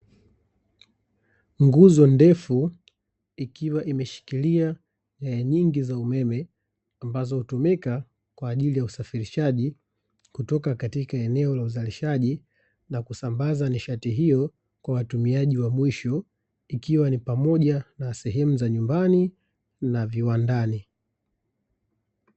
Nguzo ndefu, ikiwa imeshikilia nyaya nyingi za umeme, ambazo hutumika kwa ajili ya usafishaji kutoka katika eneo la uzalishaji na kusambaza nishati hiyo kwa watumiaji wa mwisho, ikiwa ni pamoja na sehemu za nyumbani na viwandani.